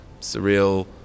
surreal